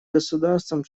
государствам